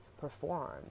perform